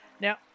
now